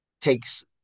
takes